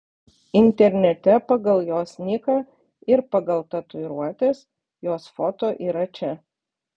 internete pagal jos niką ir pagal tatuiruotes jos foto yra čia